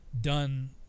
done